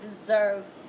deserve